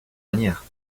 manière